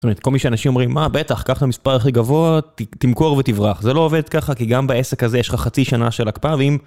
כל מי שאנשים אומרים, מה בטח, קח את המספר הכי גבוה, תמכור ותברח. זה לא עובד ככה, כי גם בעסק הזה יש לך חצי שנה של הקפאה.